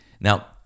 Now